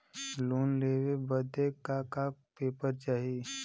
Loan लेवे बदे का का पेपर चाही?